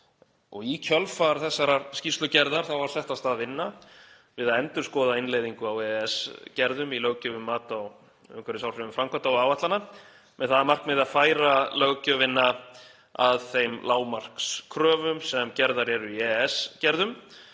mig. Í kjölfar þessarar skýrslugerðar var sett af stað vinna við að endurskoða innleiðingu á EES-gerðum í löggjöf um mat á umhverfisáhrifum framkvæmda og áætlana, með það að markmiði að færa löggjöfina að þeim lágmarkskröfum sem gerðar eru í EES-gerðum.